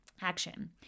action